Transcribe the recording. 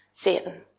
Satan